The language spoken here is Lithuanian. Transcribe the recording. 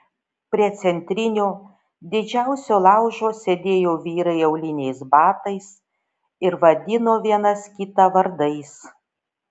prie centrinio didžiausio laužo sėdėjo vyrai auliniais batais ir vadino vienas kitą vardais